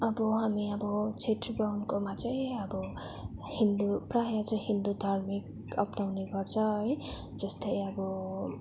अब हामी अब हामी छेत्री बाहुनकोमा चाहिँ अब हिन्दू प्राय चाहिँ हिन्दू धार्मिक अपनाउने गर्छ है जस्तै अब